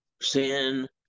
sin